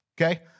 Okay